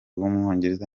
w’umwongereza